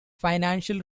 financial